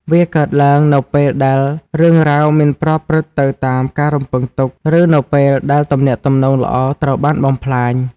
វាកើតឡើងនៅពេលដែលរឿងរ៉ាវមិនប្រព្រឹត្តទៅតាមការរំពឹងទុក ឬនៅពេលដែលទំនាក់ទំនងល្អត្រូវបានបំផ្លាញ។